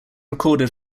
recorded